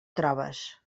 trobes